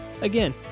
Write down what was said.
Again